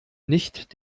nicht